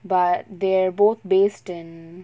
but they're both based in